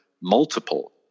multiple